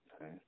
Okay